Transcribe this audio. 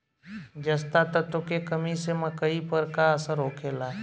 जस्ता तत्व के कमी से मकई पर का असर होखेला?